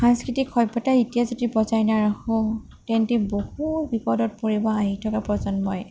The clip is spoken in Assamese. সাংস্কৃতিক সভ্যতা এতিয়া যদি বজাই নাৰাখোঁ তেন্তে বহু বিপদত পৰিব আহি থকা প্ৰজন্মই